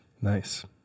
Nice